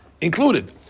included